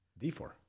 d4